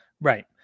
right